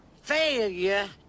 failure